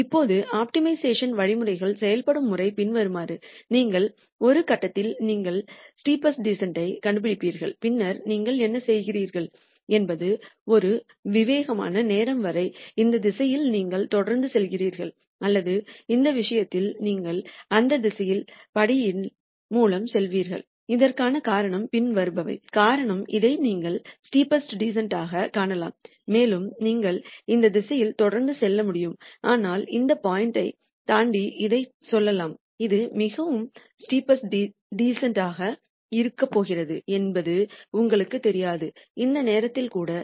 இப்போது ஆப்டிமைசேஷன் வழிமுறைகள் செயல்படும் முறை பின்வருமாறு நீங்கள் ஒரு கட்டத்தில் நீங்கள் ஸ்டெப்பஸ்ட் டீசன்ட் கண்டுபிடிப்பீர்கள் பின்னர் நீங்கள் என்ன செய்கிறீர்கள் என்பது ஒரு விவேகமான நேரம் வரை இந்த திசையில் நீங்கள் தொடர்ந்து செல்கிறீர்கள் அல்லது இந்த விஷயத்தில் நீங்கள் அந்த திசையில் படியின் மூலம் செல்வீர்கள் இதற்கான காரணம் பின்வருபவை காரணம் இதை நீங்கள் ஸ்டெப்பஸ்ட் டீசன்ட் ஆக காணலாம் மேலும் நீங்கள் இந்த திசையில் தொடர்ந்து செல்ல முடியும் ஆனால் இந்த பாயிண்ட் யைத் தாண்டி இதைச் சொல்லலாம் இது மிகவும் ஸ்டெப்பஸ்ட் டீசன்ட் ஆக இருக்கப் போகிறதா என்பது உங்களுக்குத் தெரியாது அந்த நேரத்தில் கூட